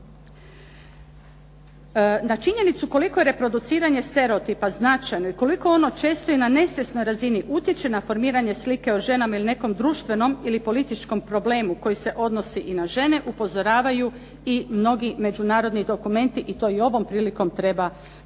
Na činjenicu koliko je reproduciranje stereotipa značajno i koliko ono često i na nesvjesnoj razini utječe na formiranje slike o ženama ili nekom društvenom ili političkom problemu koji se odnosi i na žene, upozoravaju i mnogi međunarodni dokumenti i to i ovom prilikom treba spomenuti.